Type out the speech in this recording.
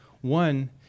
One